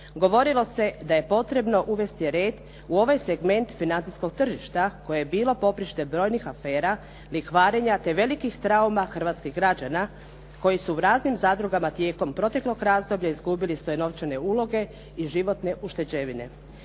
govorilo se da je potrebno uvesti red u ovaj segment financijskog tržišta koje je bilo poprište brojnih afera, lihvarenja te velikih trauma hrvatskih građana koje su u raznim zadrugama tijekom proteklog razdoblja izgubili sve novčane uloge i životne ušteđevine.